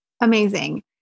Amazing